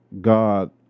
God